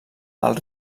del